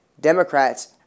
Democrats